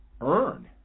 earn